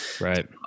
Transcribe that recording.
Right